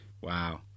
Wow